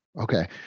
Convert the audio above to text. Okay